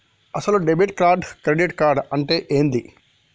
అసలు debit card credit card అంటే ఏంది?